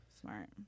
Smart